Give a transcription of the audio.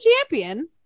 champion